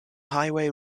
highway